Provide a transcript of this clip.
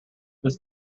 this